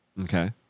Okay